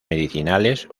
medicinales